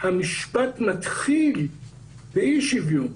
המשפט מתחיל באי שוויון,